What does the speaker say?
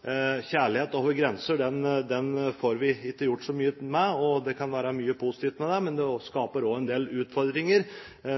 Kjærlighet over grenser får vi ikke gjort så mye med. Det kan være mye positivt med det, men det skaper også en del utfordringer